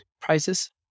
prices